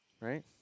Right